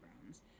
grounds